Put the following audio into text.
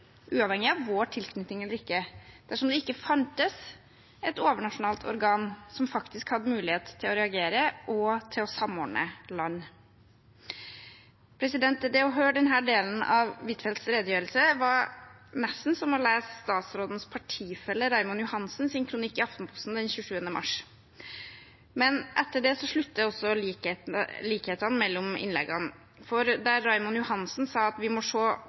uavhengig av vår tilknytning, dersom det ikke fantes et overnasjonalt organ som faktisk hadde mulighet til å reagere og til å samordne land. Det å høre denne delen av Huitfeldts redegjørelse var nesten som å lese utenriksministerens partifelle, Raymond Johansens kronikk i Aftenposten den 27.mars, men etter det sluttet også likhetene mellom innleggene. Der Raymond Johansen sa at vi må se